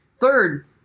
Third